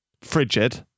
frigid